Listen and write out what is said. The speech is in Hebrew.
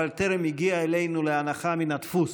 אבל טרם הגיע אלינו להנחה מן הדפוס,